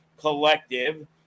Collective